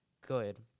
good